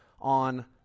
on